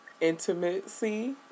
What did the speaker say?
intimacy